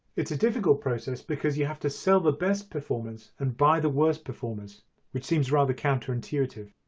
it's a difficult process because you have to sell the best performers and buy the worst performers which seems rather counterintuitive.